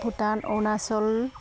Bhutan Arunachal